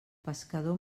pescador